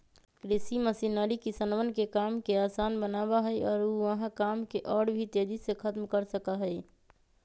कृषि मशीनरी किसनवन के काम के आसान बनावा हई और ऊ वहां काम के और भी तेजी से खत्म कर सका हई